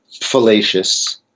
fallacious